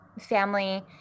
family